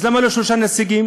אז למה לא שלושה נציגים?